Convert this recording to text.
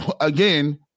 again